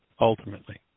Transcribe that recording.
ultimately